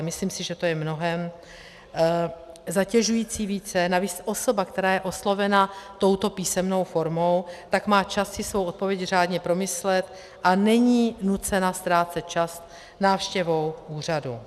Myslím si, že to je mnohem více zatěžující, navíc osoba, která je oslovena touto písemnou formou, tak má čas si svou odpověď řádně promyslet a není nucena ztrácet čas návštěvou úřadu.